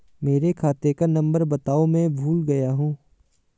मेरे खाते का नंबर बताओ मैं भूल गया हूं